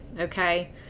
okay